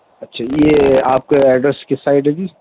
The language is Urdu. اچھا یہ آپ کا ایڈریس کس سائڈ ہے جی